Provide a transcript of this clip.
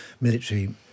military